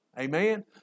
Amen